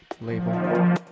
label